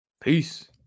Peace